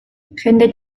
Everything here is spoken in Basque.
jende